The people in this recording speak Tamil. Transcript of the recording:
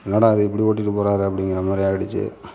என்னடா இது இப்படி ஓட்டிகிட்டு போகிறாரே அப்படிங்குற மாதிரிஆகிடுச்சி